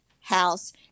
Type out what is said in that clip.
house